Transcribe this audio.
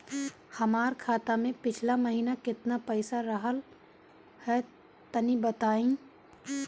हमार खाता मे पिछला महीना केतना पईसा रहल ह तनि बताईं?